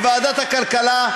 בוועדת הכלכלה.